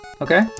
Okay